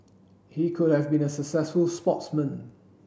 he could have been a successful sportsman